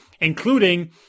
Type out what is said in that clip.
including